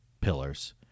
pillars